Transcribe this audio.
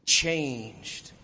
changed